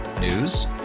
News